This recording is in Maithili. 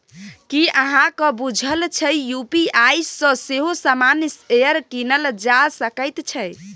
की अहाँक बुझल अछि यू.पी.आई सँ सेहो सामान्य शेयर कीनल जा सकैत छै?